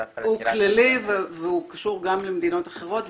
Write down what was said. הוא כללי והוא קשור גם למדינות אחרות.